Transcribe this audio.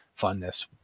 Funness